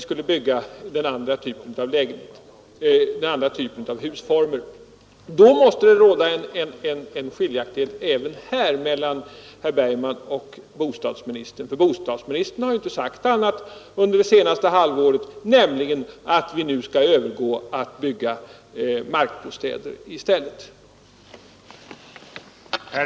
Statsrådet har emellertid inte sagt något annat under det senaste halvåret än att vi nu skall gå över till att bygga markbostäder.